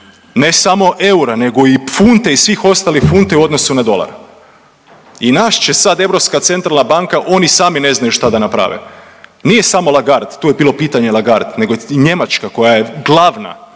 ne samo eura nego i funte i svih ostalih funti u odnosu na dolar i nas će sad ECB, oni sami ne znaju šta da naprave, nije samo Lagarde, tu je bilo pitanje Lagarde nego i Njemačka koja je glavna